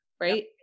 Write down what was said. right